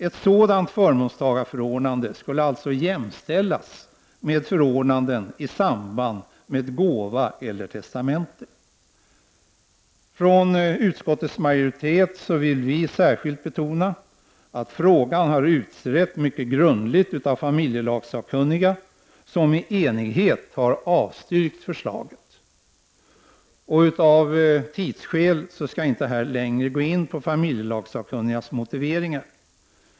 Ett sådant förmånstagarförordnande skulle alltså jämställas med förordnanden i samband med gåva eller testamente. Utskottets majoritet vill särskilt betona att frågan har utretts mycket grundligt av familjelagssakkunniga, som i enighet har avstyrkt förslaget. Av tidsskäl skall jag här inte gå in längre på familjelagssakkunnigas motive ringar.